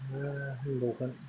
मा होनबावगोन